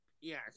Yes